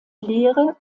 lehre